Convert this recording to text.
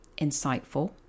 insightful